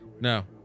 No